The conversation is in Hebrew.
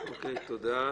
תודה.